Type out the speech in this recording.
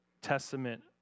Testament